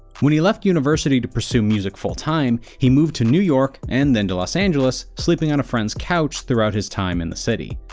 when he left university to pursue music full-time, he moved to new york, and then to los angeles, sleeping on a friend's couch throughout his time in the city.